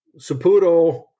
saputo